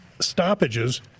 stoppages